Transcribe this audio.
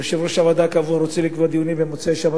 יושב-ראש הוועדה הקבוע רוצה לקבוע דיונים במוצאי שבת,